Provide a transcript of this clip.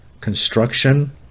construction